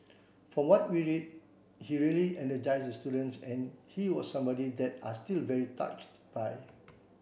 from what we read he really energised the students and he was somebody that they are still very touched by